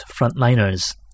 frontliners